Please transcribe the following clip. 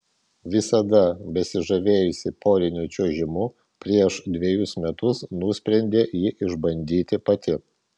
visada besižavėjusi poriniu čiuožimu prieš dvejus metus nusprendė jį išbandyti pati